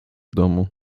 domu